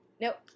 Nope